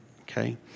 Okay